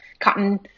cotton